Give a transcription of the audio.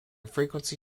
frequency